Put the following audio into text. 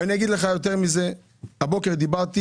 יותר מזה, הבוקר דיברתי